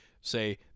say